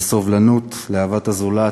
לסובלנות, לאהבת הזולת,